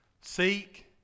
Seek